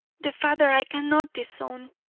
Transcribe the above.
the father i cannot disown,